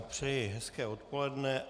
Přeji hezké odpoledne.